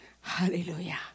Hallelujah